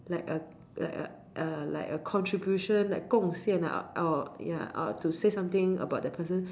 like a like a a like a contribution like 贡献 ah or ya uh to say something about the person